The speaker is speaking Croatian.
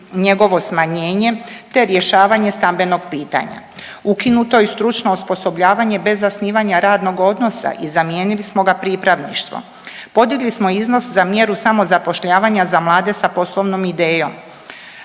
njegovo smanjenje, te rješavanje stambenog pitanja, ukinuto je i stručno osposobljavanje bez zasnivanja radnog odnosa i zamijenili smo ga pripravništvom, podigli smo iznos za mjeru samozapošljavanja za mlade sa poslovnom idejom,